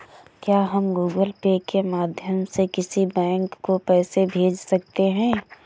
क्या हम Google Pay के माध्यम से किसी बैंक को पैसे भेज सकते हैं?